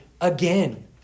again